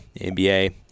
NBA